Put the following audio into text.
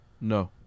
No